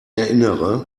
erinnere